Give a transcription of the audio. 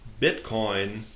Bitcoin